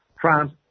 France